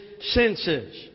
senses